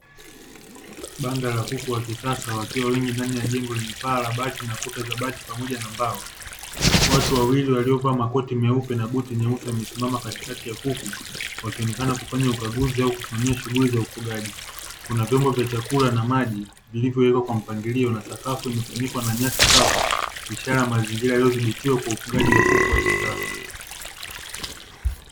Banda la kuku wa kisasa wakiwa wengi ndani ya jengo lenye paa la bati, na kuta za bati, pamoja na mbao. Watu wawili waliovaa makoti meupe na buti nyeusi wamesimama katikati ya kuku, wakionekana kufanya ukaguzi au kusimamia shughuli za ufugaji. Kuna vyombo vya chakula na maji vilivyowekwa kwa mpangilio, na sakafu imefunikwa kwa nyasi kavu, ishara ya mazingira yaliyodhibitiwa kwa ufugaji wa kuku wa kisasa.